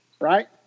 right